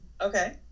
okay